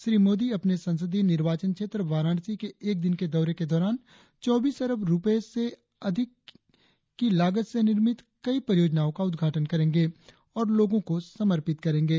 श्री मोदी अपने संसदीय निर्वाचन क्षेत्र वाराणसी के एक दिन के दौरे के दौरान चौबीस अरब रुपये से अधिक की लागत से निर्मित कई परियोजनाओं का उद्घाटन करेंगे और लोगों को समर्पित करेंगे